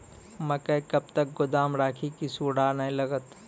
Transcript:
मकई कब तक गोदाम राखि की सूड़ा न लगता?